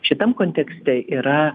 šitam kontekste yra